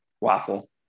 Waffle